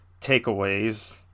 takeaways